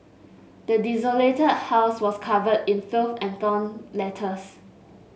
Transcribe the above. the desolated house was covered in filth and torn letters